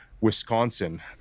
Wisconsin